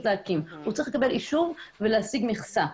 להקים הוא צריך לקבל אישור ולהשיג מכסה.